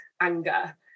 anger